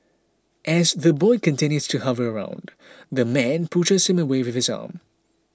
as the boy continues to hover around the man pushes him away with his arm